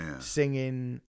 singing